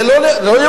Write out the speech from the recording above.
זה לא ייאמן.